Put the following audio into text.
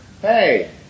hey